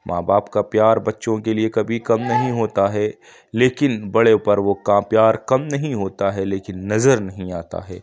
ماں باپ کا پیار بچوں کے لیے کبھی کم نہیں ہوتا ہے لیکن بڑے پر وہ کا پیار کم نہیں ہوتا ہے لیکن نظر نہیں آتا ہے